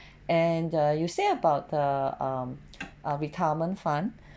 and err you say about the um uh retirement fund